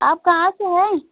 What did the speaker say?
आप कहाँ से हैं